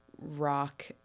rock